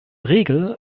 regel